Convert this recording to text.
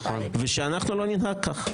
ושאנחנו לא ננהג כך.